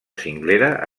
cinglera